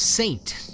Saint